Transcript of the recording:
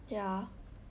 ya